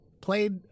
played